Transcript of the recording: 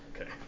okay